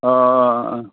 अ अ